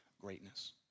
greatness